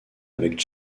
avec